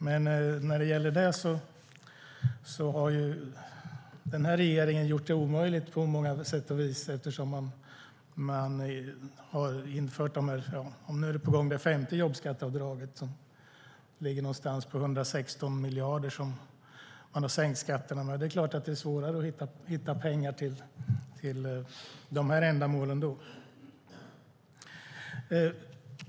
Men när det gäller det har den här regeringen gjort det omöjligt på många sätt och vis, eftersom man har infört jobbskatteavdragen. Nu är det femte jobbskatteavdraget på gång, och man har sänkt skatterna med runt 116 miljarder. Det är klart att det är svårare att hitta pengar till de här ändamålen då.